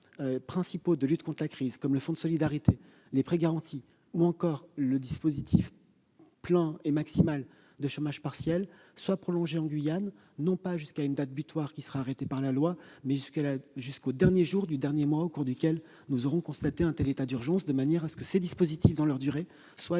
de lutte contre la crise, comme le fonds de solidarité, les prêts garantis, ou encore le dispositif plein et maximal de chômage partiel, soient prolongés, en Guyane, non pas jusqu'à une date butoir arrêtée par la loi, mais jusqu'au dernier jour du dernier mois au cours duquel nous aurons constaté l'état d'urgence, de manière que la durée de ces dispositifs soit